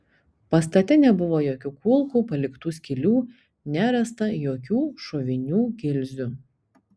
pastate nebuvo jokių kulkų paliktų skylių nerasta jokių šovinių gilzių